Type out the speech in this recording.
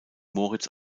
moritz